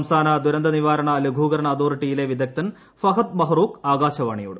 സംസ്ഥാന ദുരന്ത നിവാരണ ലഘൂകരണ അതോറിട്ടിയിലെ വിദഗ്ദ്ധൻ ഫഹദ് മഹ്റൂഖ് ആകാശവാണിയോട്